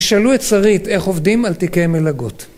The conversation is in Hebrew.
שאלו את שרית איך עובדים על תיקי מלגות.